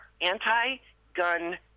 anti-gun